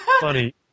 Funny